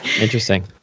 Interesting